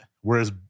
whereas